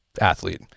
athlete